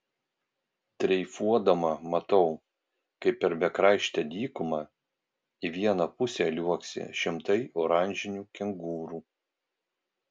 dreifuodama matau kaip per bekraštę dykumą į vieną pusę liuoksi šimtai oranžinių kengūrų